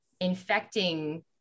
infecting